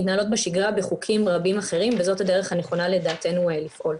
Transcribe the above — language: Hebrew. מתנהלות בשגרה בחוקים רבים אחרים וזאת הדרך הנכונה לדעתנו לפעול.